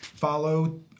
Follow